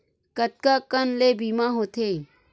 कतका कन ले बीमा होथे?